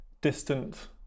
distant